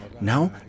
Now